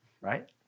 right